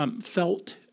felt